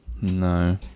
No